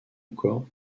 encore